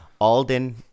Alden